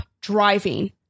driving